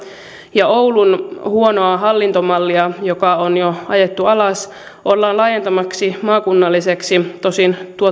ja oulun huonoa hallintomallia joka on jo ajettu alas ollaan laajentamassa maakunnalliseksi tosin